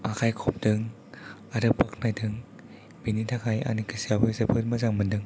आखाइ खबदों आरो बाख्नायदों बेनि थाखाय आंनि गोसोआबो जोबोद मोजां मोनदों